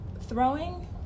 throwing